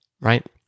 right